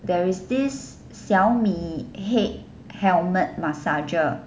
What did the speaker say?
there is this Xiaomi head helmet massager